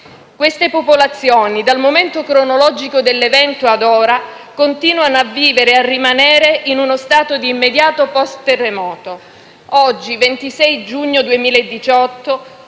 Queste popolazioni, dal momento cronologico dell'evento ad ora, continuano a vivere e a rimanere in uno stato di immediato *post* terremoto. Oggi, 26 giugno 2018,